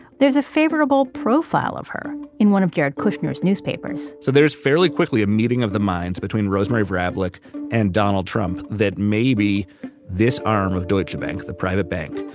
there's a favorable profile of her in one of jared kushner's newspapers so there's, fairly quickly, a meeting of the minds between rosemary vrablic and donald trump that maybe this arm of deutsche bank, the private bank,